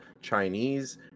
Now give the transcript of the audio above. Chinese